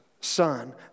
son